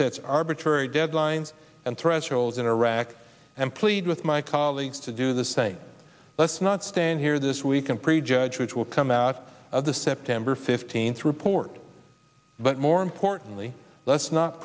sets arbitrary deadlines and thresholds in iraq and plead with my colleagues to do the same let's not stand here this week and prejudge which will come out of the september fifteenth report but more importantly let's not